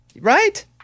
Right